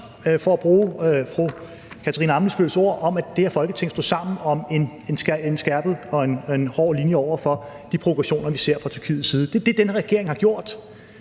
for at bruge fru Katarina Ammitzbølls ord – at det her Folketing står sammen om en skærpet og en hård linje over for de provokationer, som vi ser fra Tyrkiets side, og det er det, som den her regering har gjort.